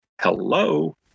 hello